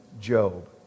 Job